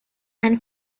and